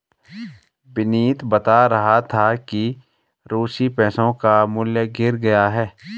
विनीत बता रहा था कि रूसी पैसों का मूल्य गिर गया है